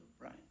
Right